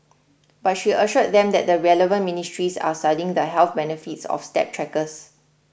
but she assured them that the relevant ministries are studying the health benefits of step trackers